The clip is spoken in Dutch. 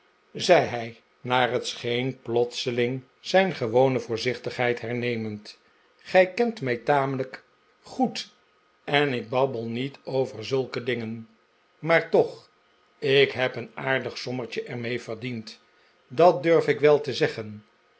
zei hij naar het scheen plotseling zijn gewone voorzichtigheid hernemend gij kent mij tamelijk goed en ik babbel niet over zulke dingen maar toch ik heb een aardig sommetje er mee verdiend dat durf ik wel te zeggen